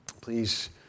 Please